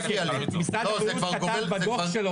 משרד הבריאות כתב בדוח שלו,